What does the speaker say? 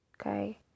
okay